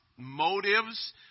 motives